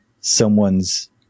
someone's